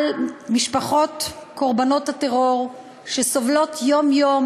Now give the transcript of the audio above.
על משפחות קורבנות הטרור שסובלות יום-יום